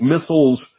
missiles